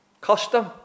custom